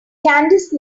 candice